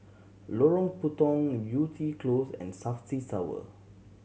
Lorong Puntong Yew Tee Close and Safti Tower